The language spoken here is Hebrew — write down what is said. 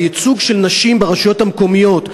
הייצוג של נשים ברשויות המקומיות,